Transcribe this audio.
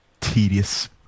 tedious